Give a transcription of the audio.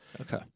Okay